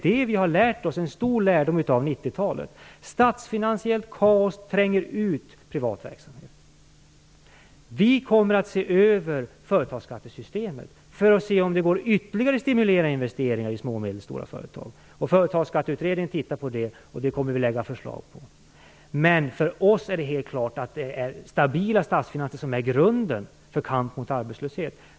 Det är en lärdom av 90-talet: Statsfinansiellt kaos tränger ut privat verksamhet. Vi kommer att se över företagsskattesystemet för att se om det går att ytterligare stimulera investeringar i små och medelstora företag. Företagsskatteutredningen tittar på det och vi kommer att lägga fram förslag. För oss är det helt klart att det är stabila statsfinanser som är grunden för kamp mot arbetslösheten.